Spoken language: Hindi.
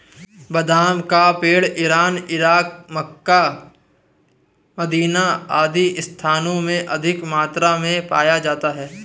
बादाम का पेड़ इरान, इराक, मक्का, मदीना आदि स्थानों में अधिक मात्रा में पाया जाता है